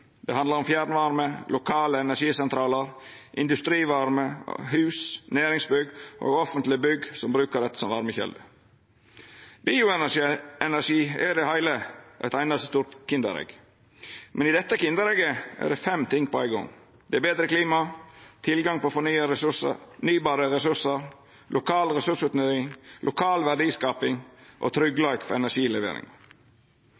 Det handlar om fjernvarme, lokale energisentralar, industrivarme, hus, næringsbygg og offentlege bygg som brukar dette som varmekjelde. Bioenergi er i det heile eit einaste stort kinderegg, og i dette kinderegget er det fem ting på ein gong: Det er betre klima, tilgang på fornybare ressursar, lokal ressursutnytting, lokal verdiskaping og